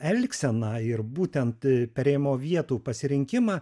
elgseną ir būtent perėjimo vietų pasirinkimą